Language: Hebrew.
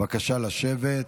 בבקשה לשבת.